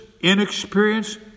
inexperienced